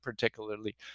particularly